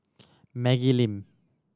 Maggie Lim